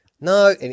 No